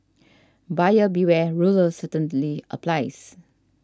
buyer beware ruler certainly applies